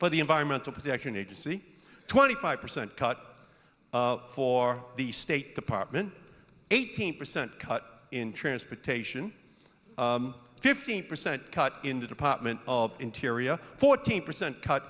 for the environmental protection agency twenty five percent cut for the state department eighteen percent cut in transportation fifteen percent cut in the department of interior fourteen percent cut